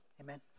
Amen